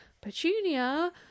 Petunia